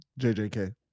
JJK